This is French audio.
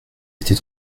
était